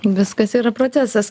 viskas yra procesas